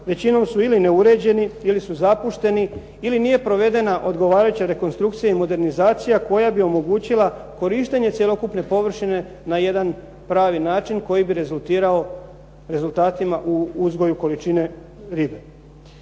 većinom su ili neuređeni ili su zapušteni ili nije provedena odgovarajuća rekonstrukcija i modernizacija koja bi omogućila korištenje cjelokupne površine na jedan pravi način koji bi rezultirao rezultatima u uzgoju količine ribe.